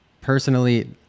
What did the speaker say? personally